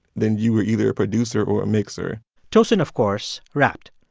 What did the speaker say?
then you were either a producer or a mixer tosin, of course, rapped.